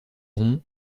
rond